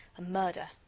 a murder.